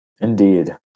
Indeed